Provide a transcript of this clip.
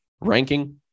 ranking